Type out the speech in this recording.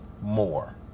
more